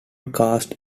cast